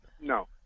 No